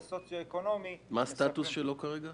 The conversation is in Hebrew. מה הסטטוס שלו כרגע?